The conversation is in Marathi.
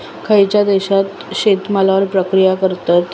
खयच्या देशात शेतमालावर प्रक्रिया करतत?